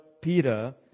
Peter